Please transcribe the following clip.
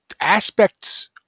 aspects